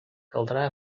caldrà